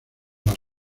las